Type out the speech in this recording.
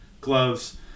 gloves